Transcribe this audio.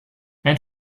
ein